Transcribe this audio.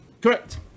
Correct